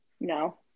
No